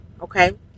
okay